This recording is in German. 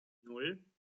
nan